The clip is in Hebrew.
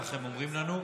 כך הם אומרים לנו,